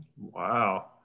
wow